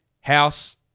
House